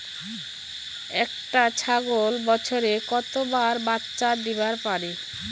একটা ছাগল বছরে কতবার বাচ্চা দিবার পারে?